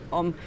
om